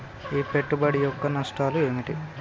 ఈ పెట్టుబడి యొక్క నష్టాలు ఏమిటి?